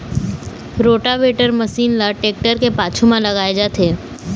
rotavator machine ल tractor के पाछू म लगाए जाथे